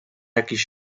jakiś